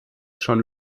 schon